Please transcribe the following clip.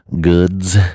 goods